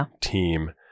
team